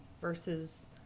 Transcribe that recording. versus